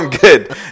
good